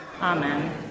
Amen